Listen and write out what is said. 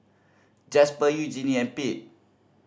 Jasper Eugenie and Pete